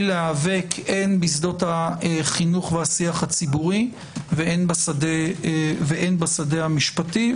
להיאבק הן בשדות החינוך והשיח הציבורי והן בשדה המשפטי.